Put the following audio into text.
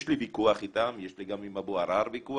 יש לי ויכוח איתם, יש לי גם עם אבו עראר ויכוח,